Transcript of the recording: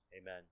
Amen